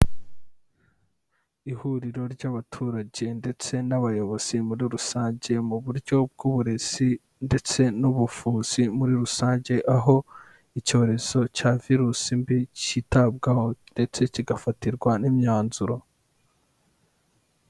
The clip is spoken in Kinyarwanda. Ihuriro ry'abaturage ndetse n'abayobozi muri rusange, mu buryo bw'uburezi ndetse n'ubuvuzi muri rusange, aho icyorezo cya virusi mbi cyitabwaho ndetse kigafatirwa n'imyanzuro.